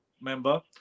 member